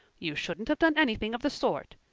you shouldn't have done anything of the sort.